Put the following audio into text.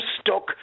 stuck